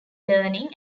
learning